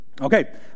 Okay